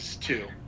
two